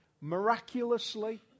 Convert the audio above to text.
miraculously